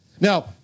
Now